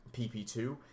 pp2